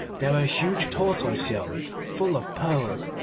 there were huge tortoise-shells full of pearls,